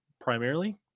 primarily